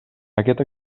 aquest